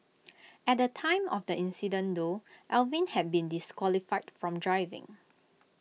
at the time of the incident though Alvin had been disqualified from driving